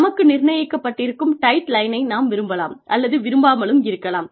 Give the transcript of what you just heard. நமக்கு நிர்ணயிக்கப்பட்டிருக்கும் டெட் லைனை நாம் விரும்பலாம் அல்லது விரும்பாமலும் இருக்கலாம்